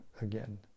again